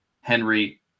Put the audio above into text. Henry